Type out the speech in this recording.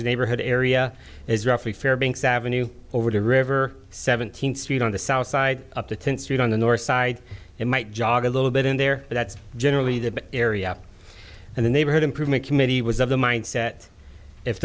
again neighborhood area is roughly fairbanks ave over the river seventeenth street on the south side up to tenth street on the north side it might jog a little bit in there but that's generally the area and the neighborhood improvement committee was of the mind set if